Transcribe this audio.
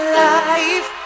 life